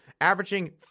averaging